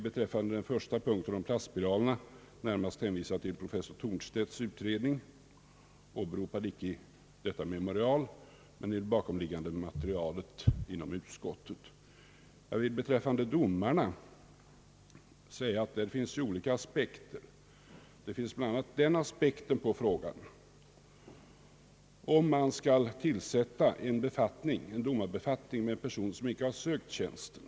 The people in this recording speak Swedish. Beträffande den första punkten, om plastspiralerna, vill jag närmast hänvisa till professor Thornstedts utredning som visserligen inte åberopas i utskottets memorial men ingår i det bakomliggande materialet i utskottet. Jag vill beträffande domarna säga att där finns olika aspekter, bl.a. den om man skall tillsätta en domarbefattning med en person som icke sökt tjänsten.